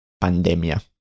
pandemia